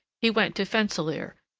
he went to fensalir,